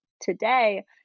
today